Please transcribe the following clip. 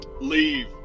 Leave